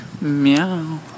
Meow